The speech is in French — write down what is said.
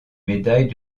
médailles